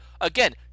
again